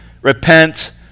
Repent